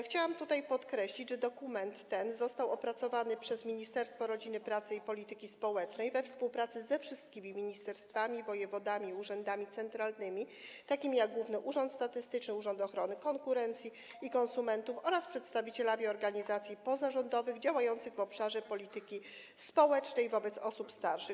Chciałabym podkreślić, że omawiany dokument został opracowany przez Ministerstwo Rodziny, Pracy i Polityki Społecznej we współpracy ze wszystkimi ministerstwami, wojewodami i urzędami centralnymi takimi jak Główny Urząd Statystyczny, Urząd Ochrony Konkurencji i Konsumentów oraz z przedstawicielami organizacji pozarządowych działających w obszarze polityki społecznej wobec osób starszych.